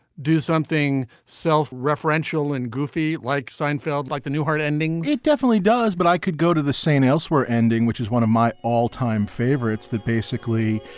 do something self-referential and goofy like seinfeld? like the newhart ending? it definitely does. but i could go to the st. elsewhere ending, which is one of my all time favorites that basically,